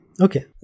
Okay